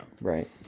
right